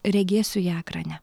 regėsiu ją ekrane